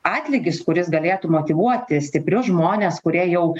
atlygis kuris galėtų motyvuoti stiprius žmones kurie jau